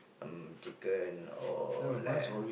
mm chicken or lamb